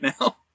now